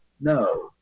No